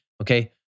Okay